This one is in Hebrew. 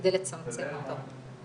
כדי לצמצם אותו.